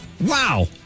Wow